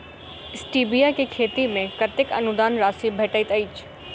Stevia केँ खेती मे कतेक अनुदान राशि भेटैत अछि?